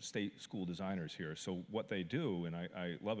state school designers here so what they do and i love it